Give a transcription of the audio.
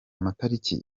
amatariki